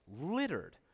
littered